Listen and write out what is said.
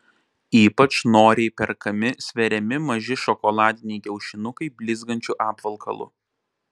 ypač noriai perkami sveriami maži šokoladiniai kiaušinukai blizgančiu apvalkalu